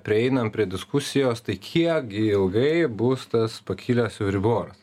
prieinam prie diskusijos tai kiekgi ilgai bus tas pakilęs viriboras